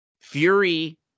Fury